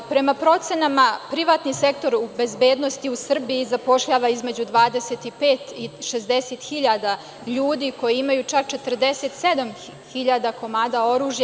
Prema procenama, privatni sektor bezbednosti u Srbiji zapošljava između 25 i 60 hiljada ljudi, koji imaju čak 47 hiljada komada oružja.